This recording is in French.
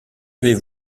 avez